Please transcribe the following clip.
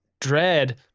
dread